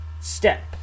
Step